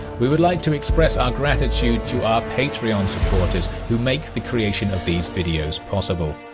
we would like to express our gratitude to our patreon supporters who make the creation of these videos possible.